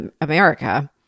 America